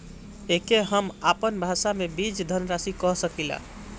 एके हम आपन भाषा मे बीज धनराशि कह सकीला